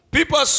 People